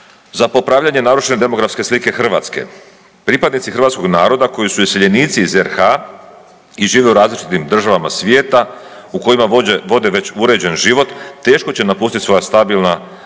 za popravljanje narušene demografske slike Hrvatske. Pripadnici hrvatskog naroda koji su iseljenici iz RH i žive u različitim državama svijeta u kojima vode već uređen život, teško će napustiti svoja stabilna i